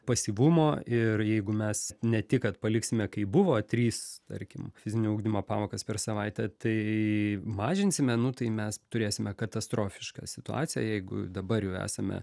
pasyvumo ir jeigu mes ne tik kad paliksime kaip buvo trys tarkim fizinio ugdymo pamokas per savaitę tai mažinsime nu tai mes turėsime katastrofišką situaciją jeigu dabar jau esame